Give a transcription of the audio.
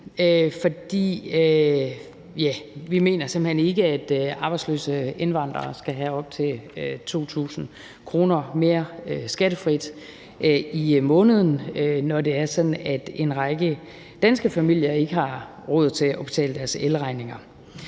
hen ikke, at arbejdsløse indvandrere skal have op til 2.000 kr. mere om måneden skattefrit, når det er sådan, at en række danske familier ikke har råd til at betale deres elregninger.